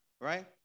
right